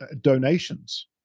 donations